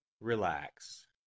Relax